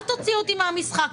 אל תוציאו אותי מהמשחק.